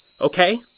okay